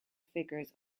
figures